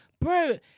Bro